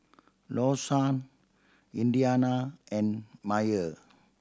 Lawson Indiana and Myer